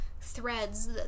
threads